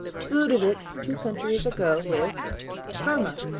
saluted it two centuries ago with parma,